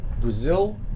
Brazil